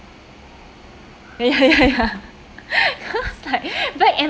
ya ya ya that was like then